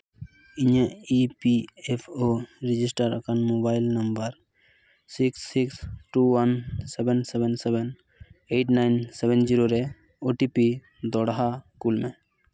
ᱤᱧᱟᱹᱜ E P F O register ᱟᱠᱟᱱ mobile number six six two one seven seven seven eight nine seven zero ᱨᱮ OTP ᱫᱚᱲᱦᱟ ᱠᱳᱞ ᱢᱮ